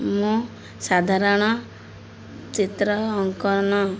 ମୁଁ ସାଧାରଣ ଚିତ୍ର ଅଙ୍କନ